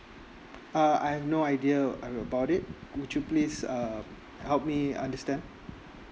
uh I've no idea uh about it would you please uh help me understand